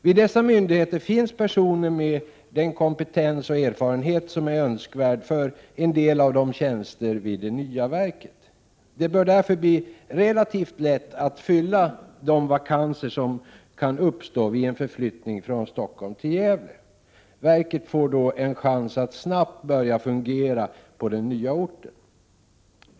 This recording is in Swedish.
Vid dessa myndigheter finns personer med den kompetens och erfarenhet som är önskvärd för en del av tjänsterna vid det nya verket. Det bör därför bli relativt lätt att fylla de vakanser som uppstår vid en förflyttning från Stockholm till Gävle. Verket får en chans att snabbt börja fungera på den nya orten.